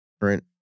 Current